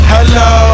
Hello